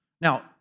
Now